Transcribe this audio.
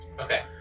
Okay